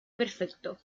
perfecto